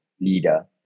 leader